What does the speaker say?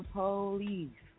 police